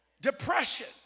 Depression